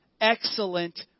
excellent